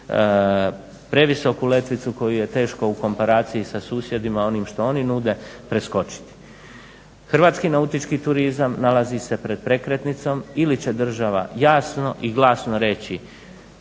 previsoku letvicu koju je teško u komparaciji sa susjedima s onim što oni nude preskočiti. Hrvatski nautički turizam nalazi se pred prekretnicom ili će država jasno i glasno reći